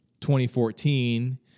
2014